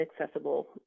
accessible